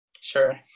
sure